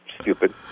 stupid